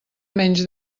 menys